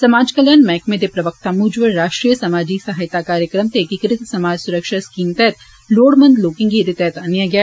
समाज कल्याण मैहकमें दे प्रवक्ता मूजब राश्ट्रीय समाजी सहायात कार्यक्रम ते ऐकीकृत समाजी सुरक्षा स्कीम तैहत लोड़मंद लोकें गी ऐदे तैहत आनेआ गेआ